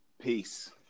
Peace